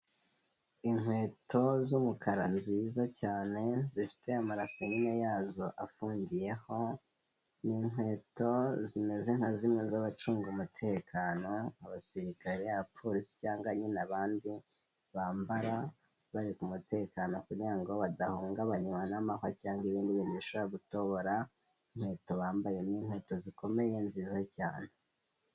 Inkweto z'umukara nziza cyane, zifite amarase nyine yazo afungiyeho. Ni nkweto zimeze nk'zimwe z'abacunga umutekano, abasirikare, abapolisi cyangwa nyine abandi bambara bari ku mutekano kugira ngo badahungabanywa n'amahwa cyangwa ibindi bishobora gutobora inkweto bambaye. Ni inkweto zikomeye nziza cyane.